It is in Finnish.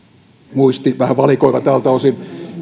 muisti vähän valikoiva tältä osin